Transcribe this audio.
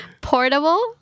Portable